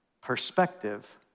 perspective